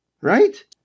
right